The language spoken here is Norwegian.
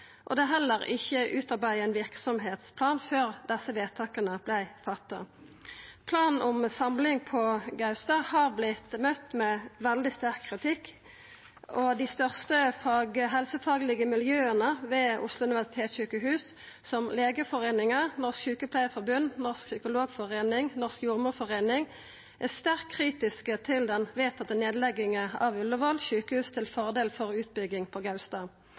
og det er heller ikkje utarbeidd ein verksemdsplan før desse vedtaka vart fatta. Planen om samling på Gaustad har vorte møtt med veldig sterk kritikk, og dei største helsefaglege miljøa ved Oslo universitetssjukehus, som Legeforeningen, Norsk sykepleierforbund, Norsk psykologforening og Den norske jordmorforening, er sterkt kritiske til den vedtatte nedlegginga av Ullevål sjukehus til fordel for utbygging på